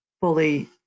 fully